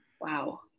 wow